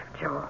Joel